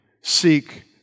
seek